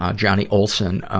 ah johnny olson, ah,